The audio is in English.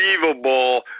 unbelievable